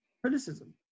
criticism